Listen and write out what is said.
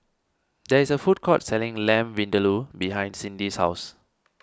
there is a food court selling Lamb Vindaloo behind Cindy's house